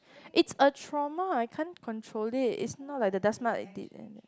it's a trauma I can't control it it's not like the dust mite did any